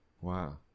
Wow